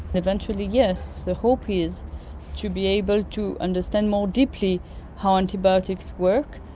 eventually, yes, the hope is to be able to understand more deeply how antibiotics work,